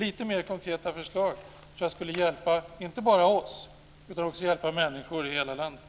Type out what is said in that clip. Lite mer konkreta förslag tror jag skulle hjälpa inte bara oss utan också människor i hela landet.